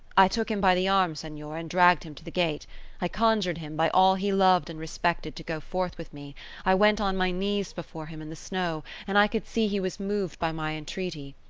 i took him by the arm, senor, and dragged him to the gate i conjured him, by all he loved and respected, to go forth with me i went on my knees before him in the snow and i could see he was moved by my entreaty.